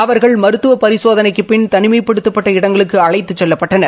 அவர்கள் மருத்துவ சோதனைக்குப் பின் தனிமைப்படுத்தப்பட்ட இடங்களுக்கு அழைத்துச் செல்லப்பட்டனர்